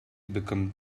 become